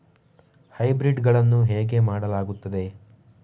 Hybrid ಗಳನ್ನು ಹೇಗೆ ಮಾಡಲಾಗುತ್ತದೆ?